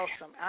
awesome